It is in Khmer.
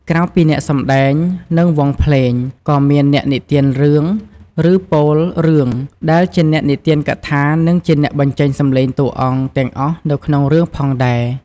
ក្រៅពីអ្នកសម្ដែង និងវង់ភ្លេង ក៏មានអ្នកនិទានរឿង ឬពោលរឿង ដែលជាអ្នកនិទានកថានិងជាអ្នកបញ្ចេញសំឡេងតួអង្គទាំងអស់នៅក្នុងរឿងផងដែរ។